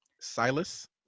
Silas